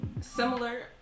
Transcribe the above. similar